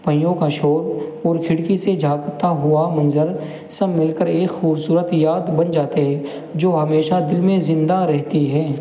پہیوں کا شور اور کھڑکی سے جاگتا ہوا منظر سب مل کر ایک خوبصورت یاد بن جاتے ہیں جو ہمیشہ دل میں زندہ رہتی ہے